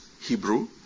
Hebrew